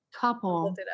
couple